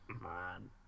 man